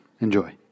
Enjoy